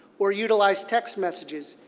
or utilize text messages,